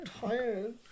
tired